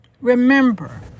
remember